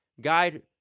guide